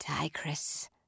tigress